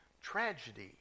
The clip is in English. tragedy